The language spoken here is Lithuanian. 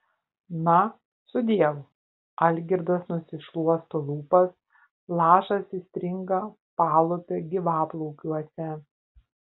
na sudiev algirdas nusišluosto lūpas lašas įstringa palūpio gyvaplaukiuose